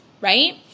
right